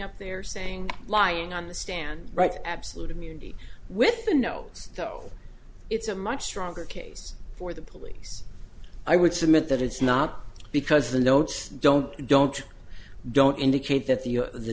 up there saying lying on the stand right absolute immunity with the nose though it's a much stronger case for the police i would submit that it's not because the notes don't don't don't indicate that the the